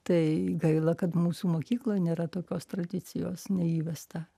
tai gaila kad mūsų mokykloj nėra tokios tradicijos neįvesta